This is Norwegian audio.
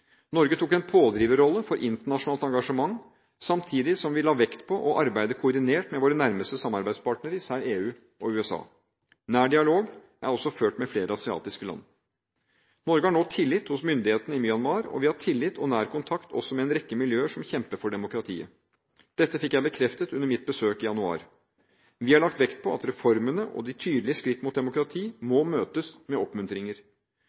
Norge tok en pådriverrolle for internasjonalt engasjement, samtidig som vi la vekt på å arbeide koordinert med våre nærmeste samarbeidspartnere, især EU og USA. Nær dialog er også ført med flere asiatiske land. Norge har nå tillit hos myndighetene i Myanmar, og vi har tillit og nær kontakt også med en rekke miljøer som kjemper for demokratiet. Dette fikk jeg bekreftet under mitt besøk i januar. Vi har lagt vekt på at reformene og de tydelige skritt mot demokrati må møtes med oppmuntringer.